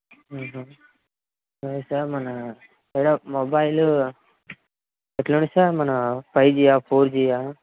అదే సార్ మన మొబైలు ఎట్లుంది సార్ మన ఫైవ్ జియా ఫోర్ జియా